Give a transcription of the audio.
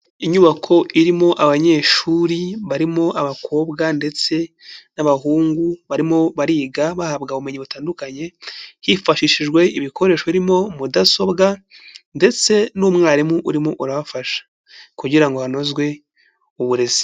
Inyubako irimo abanyeshuri barimo abakobwa ndetse n'abahungu, barimo bariga bahabwa ubumenyi butandukanye hifashishijwe ibikoresho birimo mudasobwa ndetse n'umwarimu urimo urabafasha kugira ngo hanozwe uburezi.